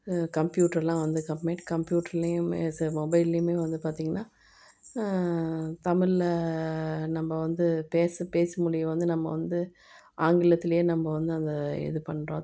computer எல்லாம் வந்ததுக்கு அப்புறமேட்டு கம்பியூட்டர்லையுமே சில மொபைல்லையுமே வந்துவிட்டு பார்த்திங்கன்னா தமிழில் நம்ப வந்து பேச பேச்சு மொழியை வந்து நம்ம வந்து ஆங்கிலத்துலையே நம்ப வந்து அந்த இது பண்ணுறோம்